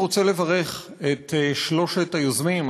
אני רוצה לברך את שלושת היוזמים,